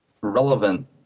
relevant